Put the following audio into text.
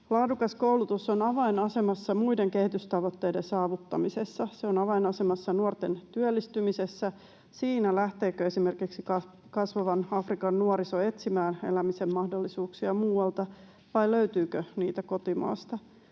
Laadukas koulutus on avainasemassa muiden kehitystavoitteiden saavuttamisessa. Se on avainasemassa nuorten työllistymisessä, siinä, lähteekö esimerkiksi kasvavan Afrikan nuoriso etsimään elämisen mahdollisuuksia muualta vai löytyykö niitä kotimaasta.